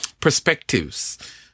Perspectives